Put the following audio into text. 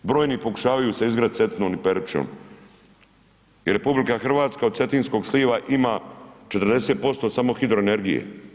Brojni pokušavaju se igrati Cetinom i Perućom, jer RH od cetinskog sliva ima 40% samo hidroenergije.